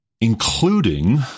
including